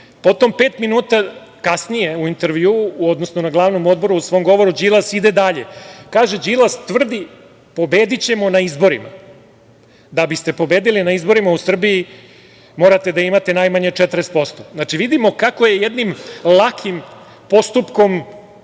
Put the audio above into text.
ima. Potom, pet minuta kasnije u intervjuu, odnosno na glavnom odboru u svom govoru Đilas ide dalje i kaže – pobedićemo na izborima. Da biste pobedili na izborima u Srbiji morate da imate najmanje 40%. Znači, vidimo kako je jednim lakim postupkom